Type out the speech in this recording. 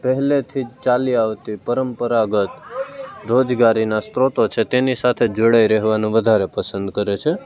પહેલેથી જ ચાલી આવતી પરંપરાગત રોજગારીના સ્રોતો છે તેની સાથે જ જોડાઈ રહેવાનું વધારે પસંદ કરે છે